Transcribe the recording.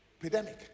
pandemic